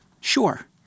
Sure